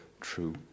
true